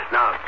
Now